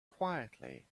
quietly